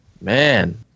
Man